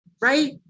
right